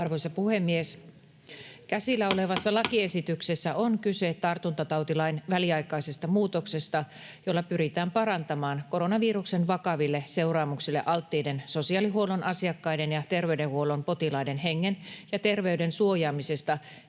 koputtaa] Käsillä olevassa lakiesityksessä on kyse tartuntatautilain väliaikaisesta muutoksesta, jolla pyritään parantamaan koronaviruksen vakaville seuraamuksille alttiiden sosiaalihuollon asiakkaiden ja terveydenhuollon potilaiden hengen ja terveyden suojaamista